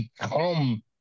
become